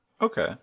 Okay